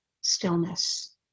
stillness